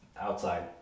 outside